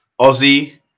Aussie